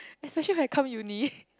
especially when I come uni